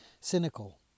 cynical